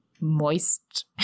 moist